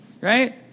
right